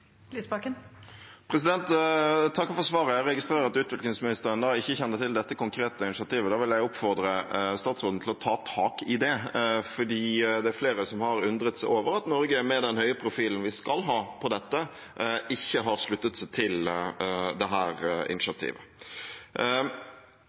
takker for svaret og registrerer at utviklingsministeren ikke kjenner til dette konkrete initiativet. Da vil jeg oppfordre statsråden til å ta tak i det, for det er flere som har undret seg over at Norge, med den høye profilen vi skal ha på dette, ikke har sluttet seg til